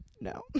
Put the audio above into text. no